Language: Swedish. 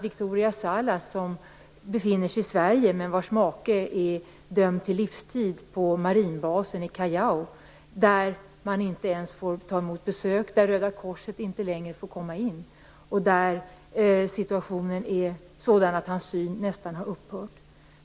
Victoria Salas befinner sig i Sverige, men hennes make är dömd till livstid på marinbasen i Callao. Där får man inte ens ta emot besök, och Röda korset får inte längre komma in. Situationen är sådan att hans syn nästan har upphört.